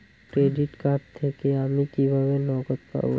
Credit card থেকে আমি কিভাবে নগদ পাব?